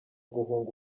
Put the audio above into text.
guhunga